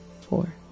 four